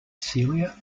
celia